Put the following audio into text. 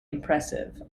impressive